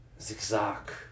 Zigzag